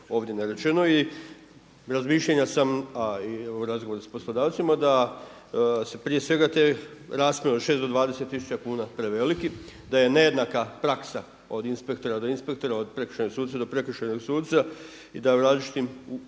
ovdje narečeno. I razmišljanja sam, a i u razgovoru s poslodavcima da se prije svega te … od 6 do 20 tisuća kuna preveliki, da je nejednaka praksa od inspektora do inspektora od prekršajnog suca do prekršajnog suca i da u različitim situacijama